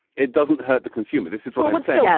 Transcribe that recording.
it doesn't hurt the consumer. this is what i would say. yeah